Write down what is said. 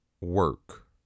work